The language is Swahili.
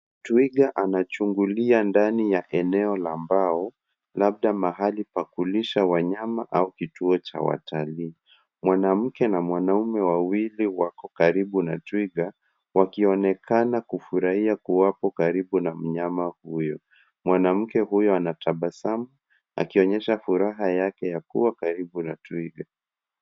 Twiga anachungulia ndani ya eneo la mbao, labda mahali pa kulisha wanyama au kituo cha watalii. Mwanamke na wanaume wawili wako karibu na twiga, wakionekana kufurahia kuwapo karibu na mnyama huyu. Mwanamke huyu anatabasamu akionyesha furaha yake ya kuwa karibu na twiga.